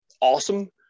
awesome